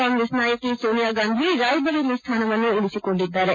ಕಾಂಗ್ರೆಸ್ ನಾಯಕಿ ಸೋನಿಯಾಗಾಂಧಿ ರಾಯ್ಬರೇಲಿ ಸ್ಲಾನವನ್ನು ಉಳಿಸಿಕೊಂಡಿದ್ದಾರೆ